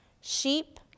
sheep